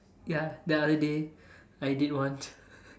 ya the other day I did once